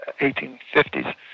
1850s